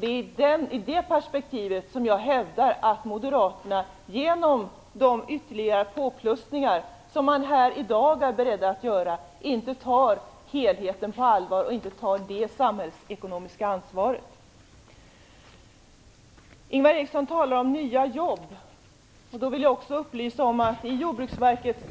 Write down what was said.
Det är i det perspektivet som jag hävdar att moderaterna genom de ytterligare påplussningar som man här i dag är beredd att göra inte tar helheten på allvar och inte det samhällsekonomiska ansvaret. Ingvar Eriksson talade om nya jobb. Då vill jag också upplysa om att i Jordbruksverkets